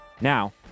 Now